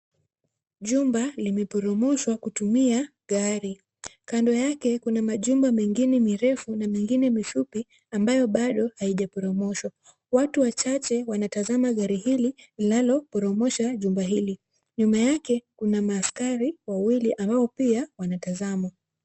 Jumba limeporomoshwa kutumia gari. Kando yake, kuna majumba mengine mirefu na mengine mifupi ambayo bado haijaporomoshwa. Watu wachache wanatazama gari hili linalo poromosha jumba hili. Nyuma yake kuna maaskari wawili ambao pia wanatazama.